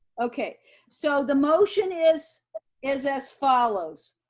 okay so the motion is is as follows.